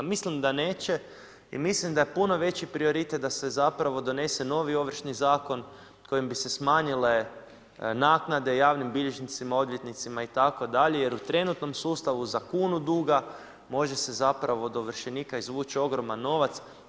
Mislim da neće, jer mislim da je puno veći prioritet da se zapravo donese novi Ovršni zakon kojim bi se smanjile naknade javnim bilježnicima, odvjetnicima itd. jer u trenutnom sustavu za kunu duga može se zapravo od ovršenika izvući ogroman novac.